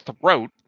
throat